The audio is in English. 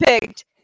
picked